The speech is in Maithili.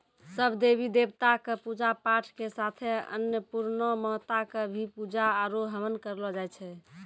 सब देवी देवता कॅ पुजा पाठ के साथे अन्नपुर्णा माता कॅ भी पुजा आरो हवन करलो जाय छै